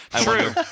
True